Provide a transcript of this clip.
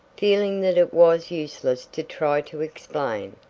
feeling that it was useless to try to explain.